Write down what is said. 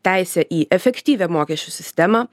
teisę į efektyvią mokesčių sistemą